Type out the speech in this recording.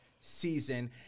season